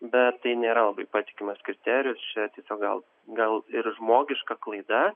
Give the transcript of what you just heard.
bet tai nėra labai patikimas kriterijus čia tiesiog gal gal ir žmogiška klaida